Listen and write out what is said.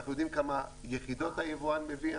אנחנו יודעים כמה יחידות היבואן מביא,